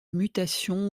mutations